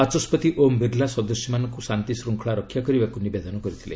ବାଚସ୍ୱତି ଓମ୍ ବିର୍ଲା ସଦସ୍ୟମାନଙ୍କୁ ଶାନ୍ତିଶୃଙ୍ଖଳା ରକ୍ଷା କରିବାକୁ ନିବେଦନ କରିଥିଲେ